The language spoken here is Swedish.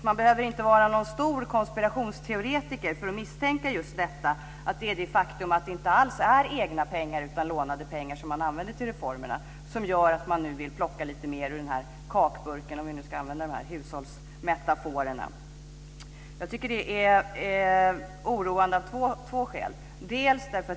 Man behöver inte vara någon stor konspirationsteoretiker för att misstänka att det just är det faktum att det inte alls är egna pengar utan lånade pengar som man använder till reformerna som gör att man vill plocka lite mer ur kakburken, om vi nu ska använda hushållsmetaforerna. Jag tycker att det är oroande av två skäl.